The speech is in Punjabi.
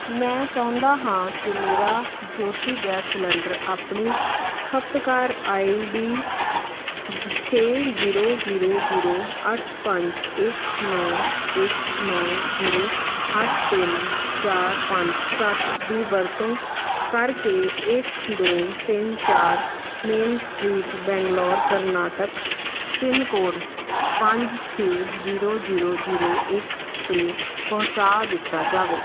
ਮੈਂ ਚਾਹੁੰਦਾ ਹਾਂ ਕਿ ਮੇਰਾ ਜਯੋਤੀ ਗੈਸ ਸਿਲੰਡਰ ਆਪਣੀ ਖਪਤਕਾਰ ਆਈਡੀ ਛੇ ਜੀਰੋ ਜੀਰੋ ਜੀਰੋ ਅੱਠ ਪੰਜ ਇੱਕ ਨੌਂ ਇੱਕ ਨੌਂ ਜੀਰੋ ਅੱਠ ਤਿੰਨ ਚਾਰ ਪੰਜ ਸੱਤ ਦੀ ਵਰਤੋਂ ਕਰਕੇ ਇੱਕ ਦੋ ਤਿੰਨ ਚਾਰ main street Bangalore Karnataka pin code ਪੰਜ ਛੇ ਜੀਰੋ ਜੀਰੋ ਜੀਰੋ ਇੱਕ 'ਤੇ ਪਹੁੰਚਾ ਦਿੱਤਾ ਜਾਵੇ